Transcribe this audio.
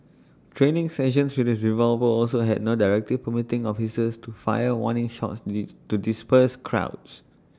training sessions with his revolver also had no directive permitting officers to fire warning shots the to disperse crowds